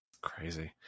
Crazy